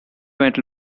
went